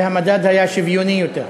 והמדד היה שוויוני יותר.